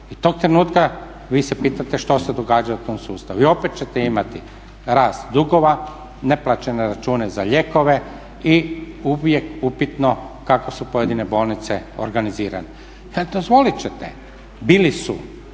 I tog trenutka vi se pitate što se događa u tom sustavu. I opet ćete imati rast dugova, neplaćene račune za lijekove i uvijek upitno kako su pojedine bolnice organizirane.